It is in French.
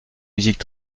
musiques